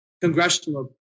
congressional